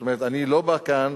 זאת אומרת, אני לא בא כאן